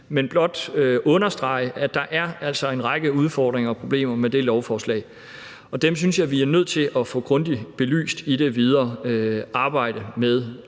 vil blot understrege, at der altså er en række udfordringer og problemer med det lovforslag. Dem synes jeg vi er nødt til at få grundigt belyst i det videre arbejde med